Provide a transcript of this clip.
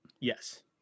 Yes